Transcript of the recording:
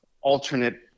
alternate